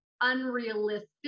unrealistic